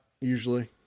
usually